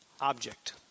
object